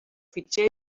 fitxer